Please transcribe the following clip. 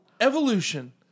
evolution